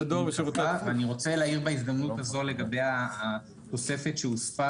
אני רוצה להעיר בהזדמנות הזאת לגבי התוספת שהוספה